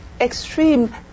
extreme